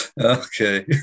Okay